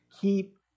Keep